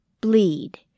bleed